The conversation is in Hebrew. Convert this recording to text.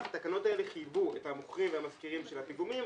התקנות האלה חייבו את המוכרים והמשכירים של הפיגומים,